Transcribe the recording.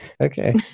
Okay